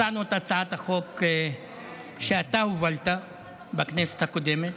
הצענו את הצעת החוק שאתה הובלת בכנסת הקודמת,